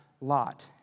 Lot